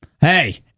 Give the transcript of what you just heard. Hey